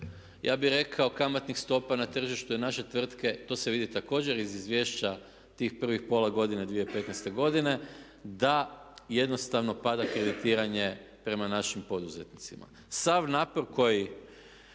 ja bih rekao kamatnih stopa na tržištu …/Ne razumije se./… To se vidi također iz izvješća tih prvih pola godine 2015. godine da jednostavno pada kreditiranje prema našim poduzetnicima. Sav napor koji